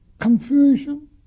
confusion